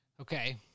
Okay